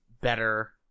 better